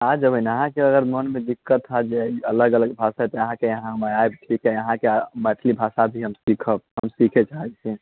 आ जयबै ने अहाँकेँ अगर मनमे दिक्कत होयत जे ई अलग अलग भाषा छै अहाँकेँ यहाँ हम आयब अहाँकेँ मैथिली भाषा भी हम सीखब हम सीखै चाहैत छी